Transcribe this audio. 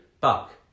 buck